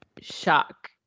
shock